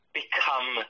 become